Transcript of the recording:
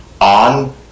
on